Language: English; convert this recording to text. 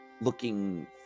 looking